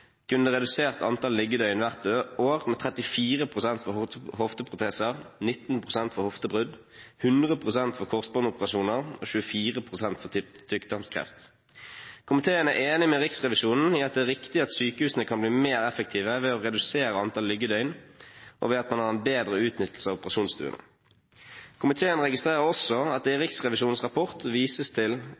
kunne det redusert antall liggedøgn hvert år med 34 pst. for hofteprotester, 19 pst. for hoftebrudd, 100 pst. for korsbåndsoperasjoner og 24 pst. for tykktarmskreft. Komiteen er enig med Riksrevisjonen i at det er riktig at sykehusene kan bli mer effektive ved å redusere antall liggedøgn, og ved at man har en bedre utnyttelse av operasjonsstuene. Komiteen registrerer også at det i Riksrevisjonens rapport vises til